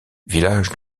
village